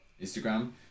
Instagram